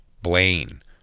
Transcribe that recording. Blaine